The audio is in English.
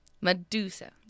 Medusa